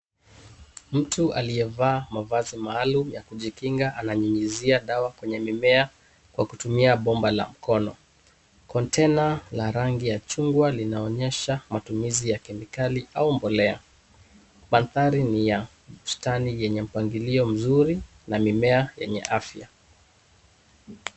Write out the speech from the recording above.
Mtu aliyevaa mavazi maalum ya kujikinga ananyunyuzia dawa kwenye mimea kwa kutumia bomba la mkono. Container la rangi ya chungwa linaonyesha matumizi ya kemikali au mbolea. Mandhari ni ya ustani yenye mpangilio mzuri na mimea yenye afya.